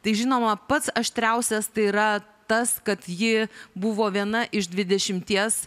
tai žinoma pats aštriausias tai yra tas kad ji buvo viena iš dvidešimties